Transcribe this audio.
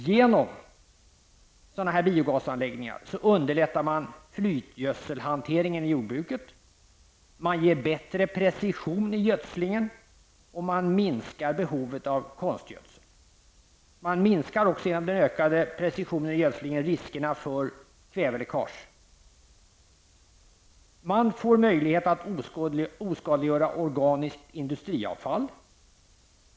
Genom sådana här biogasanläggningar underlättar man flytgödselhanteringen i jordbruket. Man ger bättre precision i gödslingen, och man minskar behovet av konstgödsel. Man minskar också, genom den ökade precisionen i gödslingen, riskerna för kväveläckage. Man får möjlighet att oskadliggöra organiskt industriavfall.